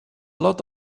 lot